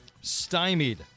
stymied